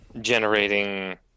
generating